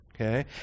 okay